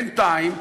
בינתיים,